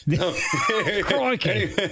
Crikey